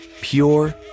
pure